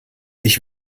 ich